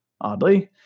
oddly